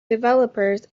developers